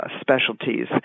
specialties